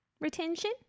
retention